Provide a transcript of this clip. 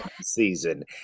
season